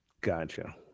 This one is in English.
Gotcha